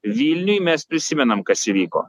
vilniuj mes prisimenam kas įvyko